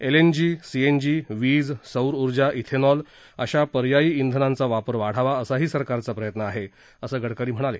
LNG CNG वीज सौरऊर्जा ethanol अशा पर्यायी इंधनांचा वापर वाढावा असाही सरकारचा प्रयत्न आहे असं गडकरी म्हणाले